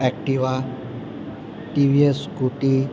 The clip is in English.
Activa TVS scooty